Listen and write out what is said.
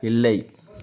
இல்லை